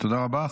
תודה רבה.